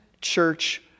church